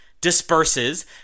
disperses